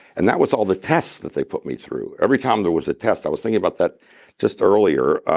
and that was all the tests that they put me through. every time there was a test, i was thinking about that just earlier,